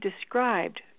described